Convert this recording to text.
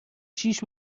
شیش